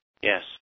yes